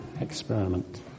experiment